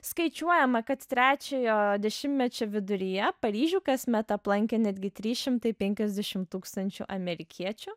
skaičiuojama kad trečiojo dešimtmečio viduryje paryžių kasmet aplankė netgi trys šimtai penkiasdešimt tūkstančių amerikiečių